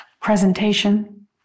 presentation